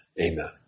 Amen